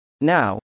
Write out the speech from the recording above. Now